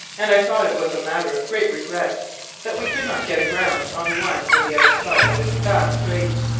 and i thought it was a matter of great regret that we could not get aground on one or the other side of this vast strait,